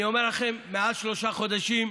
אני אומר לכם, מעל שלושה חודשים,